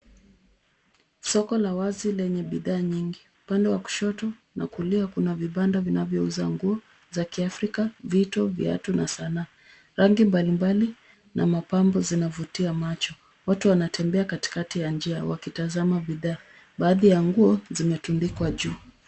Soko la wazi lenye bidhaa nyingi, upande wa kushoto na kulia kuna vibanda vinavyouza nguo za kiafrika, vitu, viatu na sanaa. Rangi mbalimbali na mapambo zinavutia macho. Watu wanatembea katikati ya njia wakitazama bidhaa, baadhi ya nguo zimetundikwa juu.